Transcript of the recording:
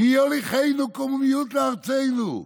מי יוליכנו קוממיות לארצנו?